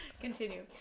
Continue